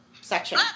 section